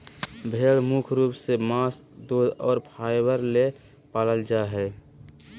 भेड़ मुख्य रूप से मांस दूध और फाइबर ले पालल जा हइ